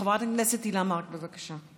חברת הכנסת הילה מארק, בבקשה.